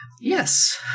Yes